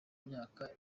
myaka